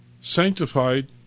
sanctified